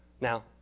Now